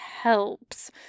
helps